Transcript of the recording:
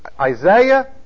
Isaiah